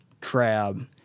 crab